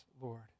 Lord